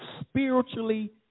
spiritually